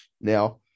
now